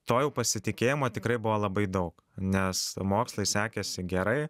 to jau pasitikėjimo tikrai buvo labai daug nes mokslai sekėsi gerai